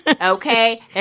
Okay